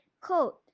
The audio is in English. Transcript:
coat